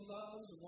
loves